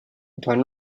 upon